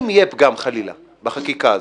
אם יהיה פגם, חלילה, בחקיקה הזו,